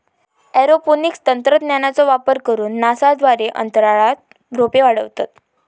aeroponics तंत्रज्ञानाचो वापर करून नासा द्वारे अंतराळात रोपे वाढवतत